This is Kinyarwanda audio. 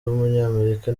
w’umunyamerika